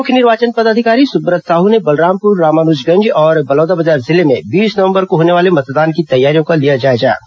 मुख्य निर्वाचन पदाधिकारी सुब्रत साहू ने बलरामपुर रामानुजगंज और बलौदाबाजार जिले में बीस नवंबर को होने वाले मतदान की तैयारियों का जायजा लिया